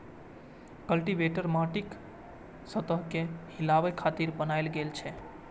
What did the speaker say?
cultivator माटिक सतह कें हिलाबै खातिर बनाएल गेल छै